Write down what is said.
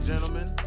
Gentlemen